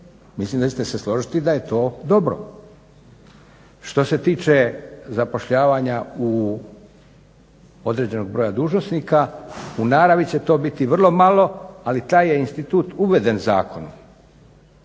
Mislim da ćete se složiti da je to dobro. Što se tiče zapošljavanja određenog broja dužnosnika u naravi će to biti vrlo malo ali taj je institut uveden zakonom.